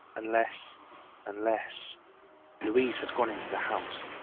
unless unless louise had gone into the house.